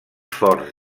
forts